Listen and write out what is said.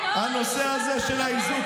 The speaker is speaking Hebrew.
הנושא הזה של האיזוק